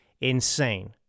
insane